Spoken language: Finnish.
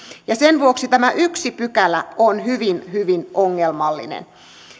sen vuoksi tämä yksi pykälä on hyvin hyvin ongelmallinen